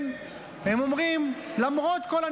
הם אומרים: למרות כל הניסים,